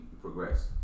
progress